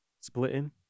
splitting